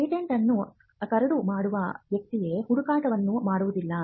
patent ಅನ್ನು ಕರಡು ಮಾಡುವ ವ್ಯಕ್ತಿಯೇ ಹುಡುಕಾಟವನ್ನು ಮಾಡುವುದಿಲ್ಲ